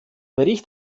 bericht